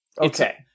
Okay